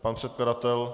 Pan předkladatel?